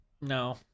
No